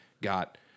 got